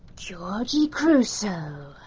georgie crusoe.